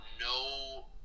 no